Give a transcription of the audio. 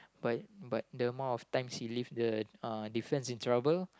but but the amount of times he leave the uh defence in trouble